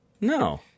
No